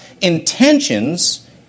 intentions